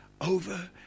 over